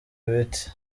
ibiti